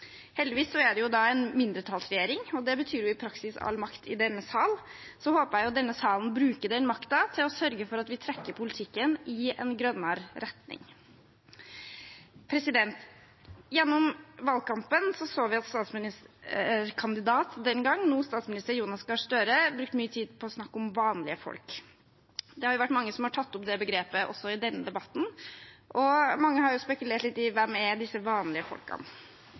en mindretallsregjering, og det betyr jo i praksis all makt i denne sal. Jeg håper denne salen bruker den makta til å sørge for at vi trekker politikken i en grønnere retning. Gjennom valgkampen så vi at den gang statsministerkandidat – nå statsminister – Jonas Gahr Støre brukte mye tid på å snakke om «vanlige folk». Det har vært mange som har tatt opp det begrepet også i denne debatten, og mange har spekulert litt i hvem disse vanlige folkene